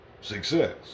Success